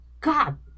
God